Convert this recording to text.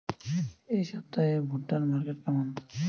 এই সপ্তাহে ভুট্টার মার্কেট কেমন?